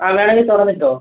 ആ വേണമെങ്കിൽ തുറന്നിട്ടോ